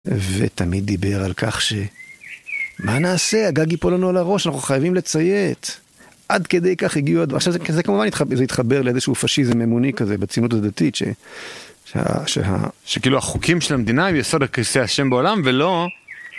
ותמיד דיבר על כך שמה נעשה? הגג יפול לנו על הראש, אנחנו חייבים לציית עד כדי כך יגיעו הדברים. עכשיו זה כמובן התחבר לידי שהוא פשיזם אמוני כזה, בצינות הדתית, שכאילו החוקים של המדינה הם יסוד הכריסי השם בעולם ולא...